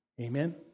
Amen